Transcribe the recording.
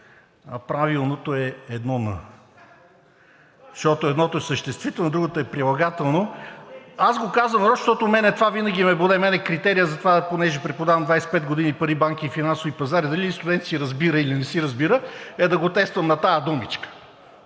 а правилното е едно „н“, защото едното е съществително, а другото е прилагателно. Аз го казвам нарочно, защото мен това винаги ме боде. За мен критерият за това, понеже преподавам 25 години пари, банки и финансови пазари, дали един студент си разбира, или не си разбира, е да го тествам на тази думичка.